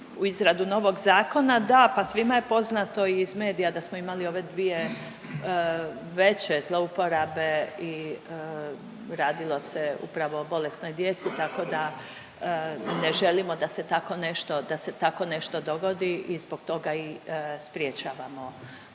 u izradu novog zakona. Da, pa svima je poznato iz medija da smo imali ove dvije veće zlouporabe i radilo se upravo o bolesnoj djeci tako da ne želimo da se tako nešto dogodi i zbog toga i sprječavamo